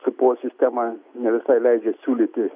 supuvus sistema ne visai leidžia siūlyti